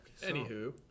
Anywho